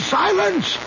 silence